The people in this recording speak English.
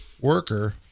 worker